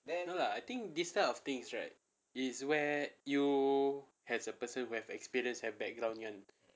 no lah I think this kind of things right is where you as a person who have experience have background juga kan